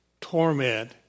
torment